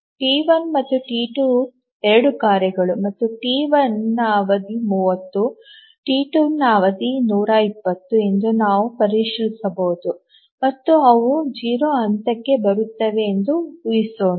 T one ಮತ್ತು T 2 2 ಕಾರ್ಯಗಳು ಮತ್ತು ಟಿ 1 ರ ಅವಧಿ 30 ಟಿ 2 ರ ಅವಧಿ 120 ಎಂದು ನಾವು ಪರಿಶೀಲಿಸಬಹುದು ಮತ್ತು ಅವು 0 ಹಂತಕ್ಕೆ ಬರುತ್ತವೆ ಎಂದು ಊಹಿಹಿಸೋಣ